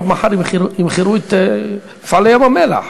מחר ימכרו את "מפעלי ים-המלח",